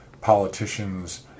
politicians